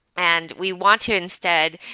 and we want to, instead,